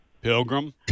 pilgrim